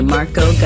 Marco